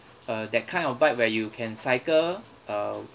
uh that kind of bike where you can cycle uh